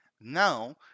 Now